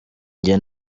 njye